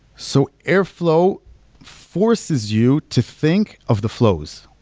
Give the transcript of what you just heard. so airflow forces you to think of the flows.